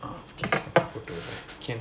ah okay போட்டுவிடு:pottuvidu